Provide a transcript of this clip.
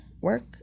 work